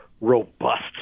robust